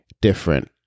different